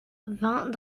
vingt